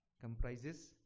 comprises